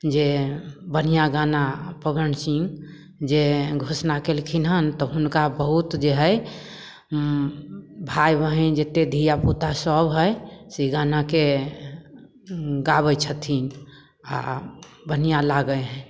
जे बढ़िआँ गाना पवन सिंह जे घोषणा कयलखिन हन तऽ हुनका बहुत जे हइ भाय बहिन जते धियापुता सभ हइ से ई गानाके गाबय छथिन आओर बढ़िआँ लागय हइ